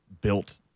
built